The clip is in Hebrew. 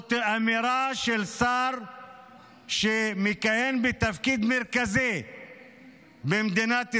זאת אמירה של שר שמכהן בתפקיד מרכזי במדינת ישראל,